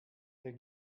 der